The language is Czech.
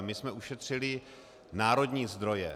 My jsme ušetřili národní zdroje.